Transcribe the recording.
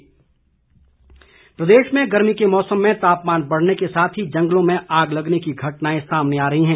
आग प्रदेश में गर्मी के मौसम में तापमान बढ़ने के साथ ही जंगलों में आग लगने की घटनाएं सामने आ रहीं हैं